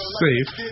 safe